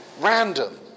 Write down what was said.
random